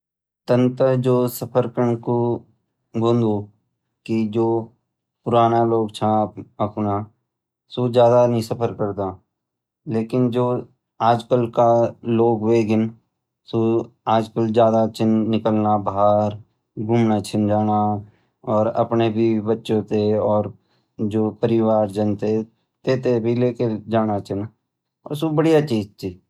तन त जु सफर करन कू बोल्दू कि जु पुराणा लोग छ अपना सु ज्यादा नी सफर करदा लेकिन जो आजकल का लोग होएगी सु आजकल ज्यादा छ निकलना बाहर घुमना छ जाणा और अपणा बीवी बच्चों तै और जु परिवार जन तै तै थैं भी ले कर जाणा छ सु बडिया चीज छ।